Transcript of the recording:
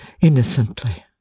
innocently